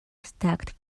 stacked